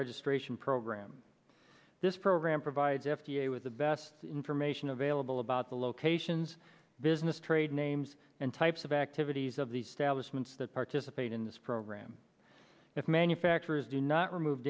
registration program this program provides f d a with the best information available about the locations business trade names and types of activities of these talismans that participate in this program if manufacturers do not remove